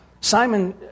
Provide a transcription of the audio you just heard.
Simon